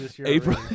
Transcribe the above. April